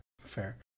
fair